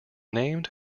named